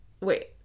Wait